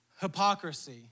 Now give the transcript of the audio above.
hypocrisy